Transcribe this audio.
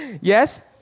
Yes